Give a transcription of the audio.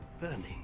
burning